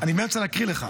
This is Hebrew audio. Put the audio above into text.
אני באמצע להקריא לך.